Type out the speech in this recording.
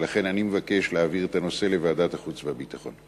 ולכן אני מבקש להעביר את הנושא לוועדת החוץ והביטחון.